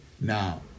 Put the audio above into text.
Now